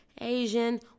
Asian